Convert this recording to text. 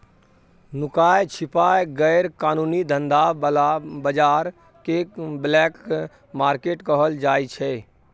नुकाए छिपाए गैर कानूनी धंधा बला बजार केँ ब्लैक मार्केट कहल जाइ छै